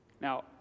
Now